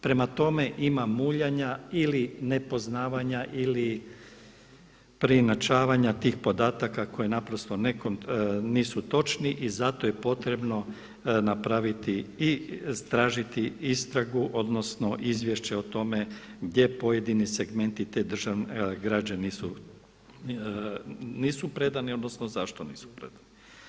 Prema tome, ima muljanja ili nepoznavanja ili preinačavanja tih podataka koje naprosto nisu točni i zato je potrebno napraviti i istražiti istragu, odnosno izvješće o tome gdje pojedini segmenti te građe nisu predani, odnosno zašto nisu predani.